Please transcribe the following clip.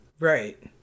Right